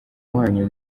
wanyu